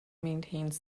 maintains